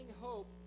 hope